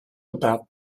about